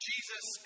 Jesus